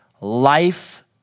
life